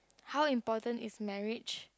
how important is marriage